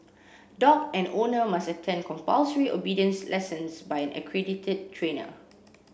dog and owner must attend compulsory obedience lessons by an accredited trainer